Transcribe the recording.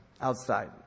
outside